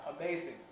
amazing